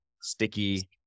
sticky